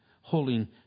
holding